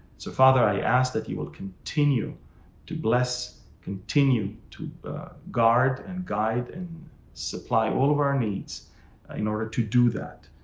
so father, i ask that you will continue to bless, continue to guard and guide and supply all of our needs in order to do that.